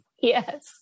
Yes